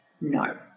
No